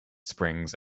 springs